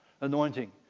anointing